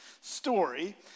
story